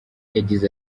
yagize